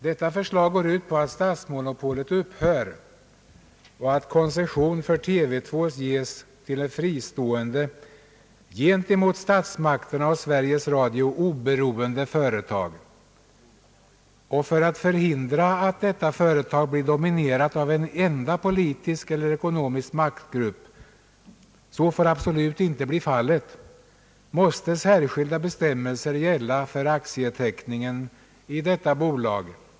Detta förslag går ut på att statsmonopolet upphör och att koncession för TV 2 ges till ett fristående, gentemot statsmakterna och Sveriges Radio oberoende företag. För att förhindra att detta företag blir dominerat av en enda politisk eller ekonomisk maktgrupp — så får absolut inte bli fallet — måste särskilda bestämmelser gälla för aktieteckningen i detta bolag.